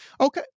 Okay